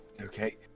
Okay